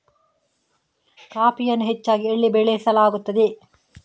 ಕಾಫಿಯನ್ನು ಹೆಚ್ಚಾಗಿ ಎಲ್ಲಿ ಬೆಳಸಲಾಗುತ್ತದೆ?